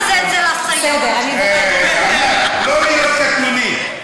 אל תהיו קטנוניים.